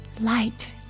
light